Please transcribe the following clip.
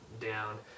down